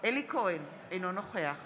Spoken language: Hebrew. אלי כהן, אינו נוכח